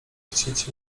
chcieć